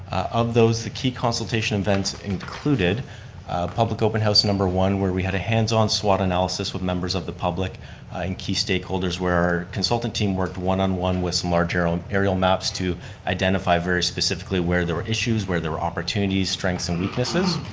of those, the key consultation events included public open house number one where we had a hands-on swot analysis with members of the public and key stakeholders where our consultant team worked one on one with some larger aerial maps to identify very specifically where there were issues, where there were opportunities, strengths and weaknesses.